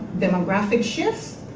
demographic shifts.